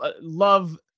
love